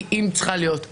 אם צריכה להיות.